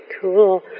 Cool